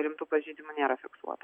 rimtų pažeidimų nėra fiksuota